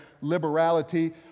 liberality